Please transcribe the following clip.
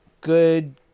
good